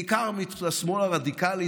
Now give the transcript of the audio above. בעיקר מהשמאל הרדיקלי,